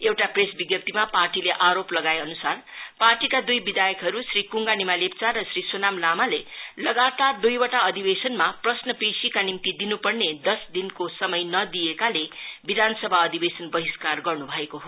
एउटा प्रेस विज्ञप्तीमा पार्टीले आरोप लगाएअनुसार पार्टीका दुई विधायकहरु श्री कुङगा निमा लेप्चा र श्री सोनाम लामाले लगातार दुईवटा अधिवेशनमा प्रश्न पेशीका निम्ति दिनुपर्ने दश दिनको समय नदिइएकाले विधानसभा अधिवेशन बहिस्कार गर्नु भएको हो